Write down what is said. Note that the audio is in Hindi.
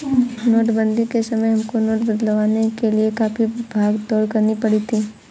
नोटबंदी के समय हमको नोट बदलवाने के लिए काफी भाग दौड़ करनी पड़ी थी